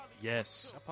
Yes